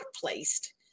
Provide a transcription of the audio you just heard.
placed